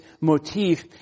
motif